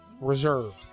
Reserved